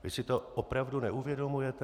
Vy si to opravdu neuvědomujete?